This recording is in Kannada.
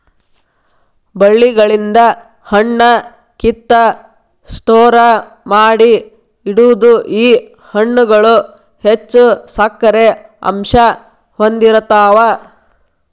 ಬಳ್ಳಿಗಳಿಂದ ಹಣ್ಣ ಕಿತ್ತ ಸ್ಟೋರ ಮಾಡಿ ಇಡುದು ಈ ಹಣ್ಣುಗಳು ಹೆಚ್ಚು ಸಕ್ಕರೆ ಅಂಶಾ ಹೊಂದಿರತಾವ